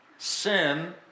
Sin